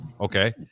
okay